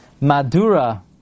Madura